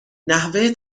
نحوه